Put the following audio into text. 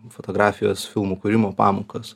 fotografijos filmų kūrimo pamokos